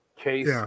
Case